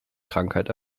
krankheit